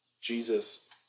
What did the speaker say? Jesus